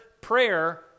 prayer